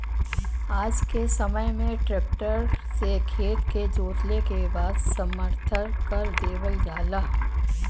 आज के समय में ट्रक्टर से खेत के जोतले के बाद समथर कर देवल जाला